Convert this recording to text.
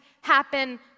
happen